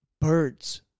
birds